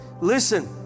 listen